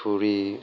पुरि